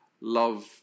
love